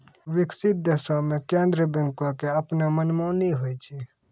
विकसित देशो मे केन्द्रीय बैंको के अपनो मनमानी होय छै